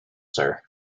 sir